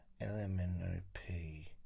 L-M-N-O-P